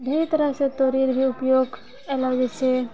ढ़ेर तरहसँ तोरिके भी उपयोग कयलो जाइ छै